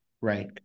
Right